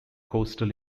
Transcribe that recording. coastal